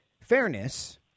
fairness